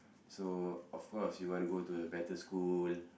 so of course you want to go to a better school